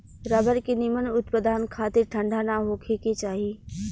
rubber के निमन उत्पदान खातिर ठंडा ना होखे के चाही